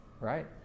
right